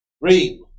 Read